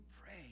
pray